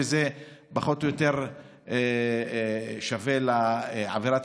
שזה פחות או יותר שווה לעבירת